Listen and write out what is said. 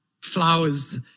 flowers